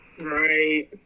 Right